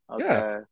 okay